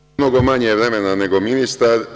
Ja imam mnogo manje vremena nego ministar.